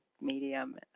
medium